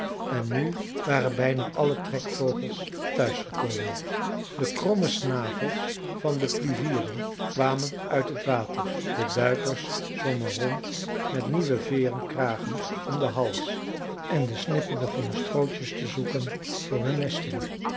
en nu waren bijna alle trekvogels thuis gekomen de kromme snavels van de pluvieren kwamen uit het water de duikers zwommen rond met nieuwe veeren kragen om den hals en de snippen begonnen strootjes te zoeken voor hun nesten